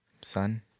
Son